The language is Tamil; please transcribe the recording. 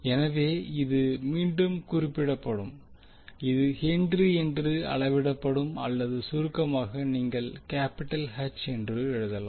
எனவே இது மீண்டும் குறிப்பிடப்படும் இது ஹென்றி என்று அளவிடப்படும் அல்லது சுருக்கமாக நீங்கள் கேபிடல் H என எழுதலாம்